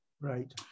Right